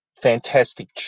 Fantastic